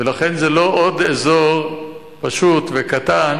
ולכן זה לא עוד אזור פשוט וקטן